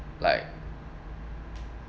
like